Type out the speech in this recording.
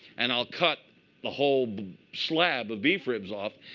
and i'll cut the whole slab of beef ribs off.